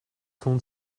tun